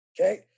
Okay